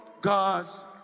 God's